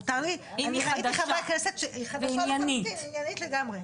אני חושבת שאנחנו חייבים לשים סייגים לדבר הזה.